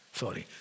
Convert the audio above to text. sorry